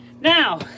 Now